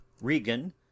Regan